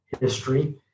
history